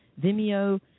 Vimeo